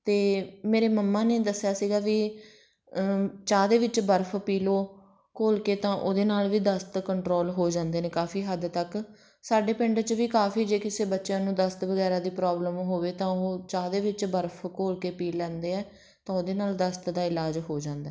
ਅਤੇ ਮੇਰੇ ਮੰਮਾ ਨੇ ਦੱਸਿਆ ਸੀਗਾ ਵੀ ਚਾਹ ਦੇ ਵਿੱਚ ਬਰਫ਼ ਪੀ ਲਉ ਘੋਲ ਕੇ ਤਾਂ ਉਹਦੇ ਨਾਲ ਵੀ ਦਸਤ ਕੰਟਰੋਲ ਹੋ ਜਾਂਦੇ ਨੇ ਕਾਫੀ ਹੱਦ ਤੱਕ ਸਾਡੇ ਪਿੰਡ 'ਚ ਵੀ ਕਾਫੀ ਜੇ ਕਿਸੇ ਬੱਚਿਆਂ ਨੂੰ ਦਸਤ ਵਗੈਰਾ ਦੀ ਪ੍ਰੋਬਲਮ ਹੋਵੇ ਤਾਂ ਉਹ ਚਾਹ ਦੇ ਵਿੱਚ ਬਰਫ਼ ਘੋਲ ਕੇ ਪੀ ਲੈਂਦੇ ਹੈ ਤਾਂ ਉਹਦੇ ਨਾਲ ਦਸਤ ਦਾ ਇਲਾਜ ਹੋ ਜਾਂਦਾ